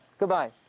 Goodbye